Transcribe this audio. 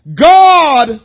God